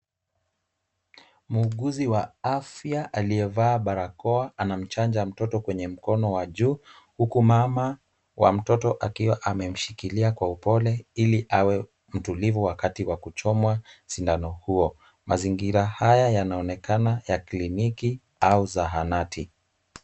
Muuguzi wa afya aliyevaa barakoa anamchanja mtoto kwenye mkono wa juu huku mama wa mtoto akiwa amemshikilia kwa upole ili awe mtulivu wakati wa kuchomwa sindano huo. Mazingira haya yanaonekana ya kliniki au zahanati.